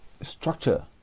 structure